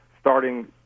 Starting